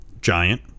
giant